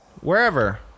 wherever